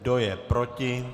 Kdo je proti?